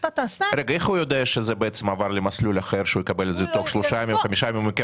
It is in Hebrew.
איך הוא יודע שזה עבר למסלול אחר שהוא יקבל תוך שלושה או חמישה ימים?